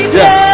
yes